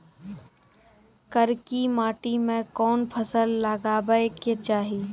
करकी माटी मे कोन फ़सल लगाबै के चाही?